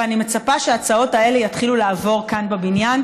ואני מצפה שההצעות האלה יתחילו לעבור כאן בבניין,